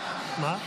79),